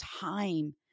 time